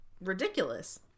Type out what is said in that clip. ridiculous